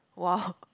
!wow!